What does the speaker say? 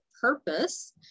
purpose